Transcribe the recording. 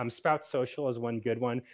um sprout social is one good one.